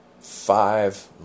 five